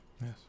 Yes